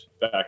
back